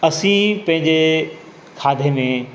असी पंहिंजे खाधे में